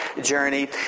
journey